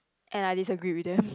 and I disagree with them